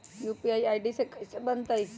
UPI के ID कैसे बनतई?